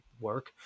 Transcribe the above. work